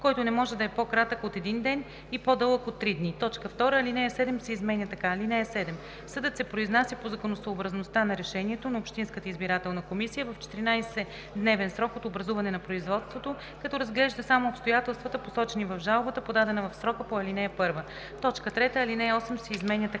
който не може да е по-кратък от един ден и по-дълъг от три дни.“ 2. Алинея 7 се изменя така: „(7) Съдът се произнася по законосъобразността на решението на общинската избирателна комисия в 14-дневен срок от образуване на производството, като разглежда само обстоятелствата, посочени в жалбата, подадена в срока по ал. 1.“ 3. Алинея 8 се изменя така: